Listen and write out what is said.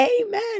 Amen